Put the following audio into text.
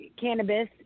cannabis